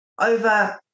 over